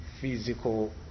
physical